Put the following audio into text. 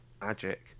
magic